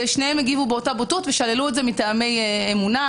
שניהם הגיבו באותה בוטות ושללו את זה מטעמי אמונה,